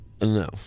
No